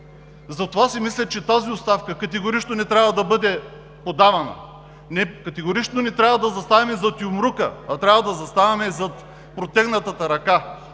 Затова си мисля, че тази оставка категорично не трябва да бъде подавана. Категорично не трябва да заставаме зад юмрука, а трябва да заставаме зад протегнатата ръка.